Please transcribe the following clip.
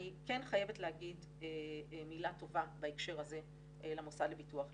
אני כן חייבת להגיד מילה טובה בהקשר הזה למוסד לביטוח לאומי.